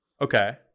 Okay